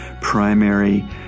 primary